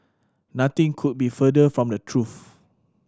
nothing could be further from the truth